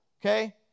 okay